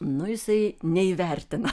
nu jisai neįvertina